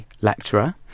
lecturer